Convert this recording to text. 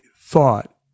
thought